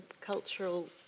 cultural